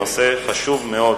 נושא חשוב מאוד.